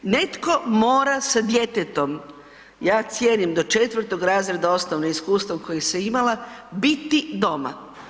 Netko mora sa djetetom, ja cijenim, do 4. razreda osnovne, iskustvo koje sam imala, biti doma.